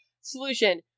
Solution